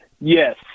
Yes